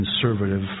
conservative